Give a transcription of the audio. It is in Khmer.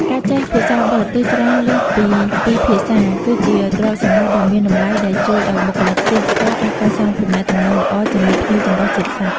ការចេះភាសាបរទេសច្រើនលើសពីពីរភាសា គឺជាទ្រព្យសម្បត្តិដ៏មានតម្លៃដែលជួយឱ្យបុគ្គលិកទេសចរណ៍អាចកសាងទំនាក់ទំនងល្អជាមួយភ្ញៀវចម្រុះជាតិសាសន៍។